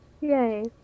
Yay